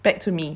back to me